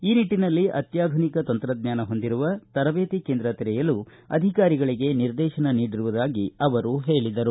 ಈ ನಿಟ್ಟನಲ್ಲಿ ಅತ್ಯಾಧುನಿಕ ತಂತ್ರಜ್ಞಾನ ಹೊಂದಿರುವ ತರದೇತಿ ಕೇಂದ್ರ ತೆರೆಯಲು ಅಧಿಕಾರಿಗಳಿಗೆ ನಿರ್ದೇಶನ ನೀಡಿರುವುದಾಗಿ ಹೇಳಿದರು